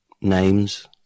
Names